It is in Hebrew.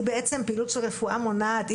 היא בעצם פעילות של רפואה מונעת,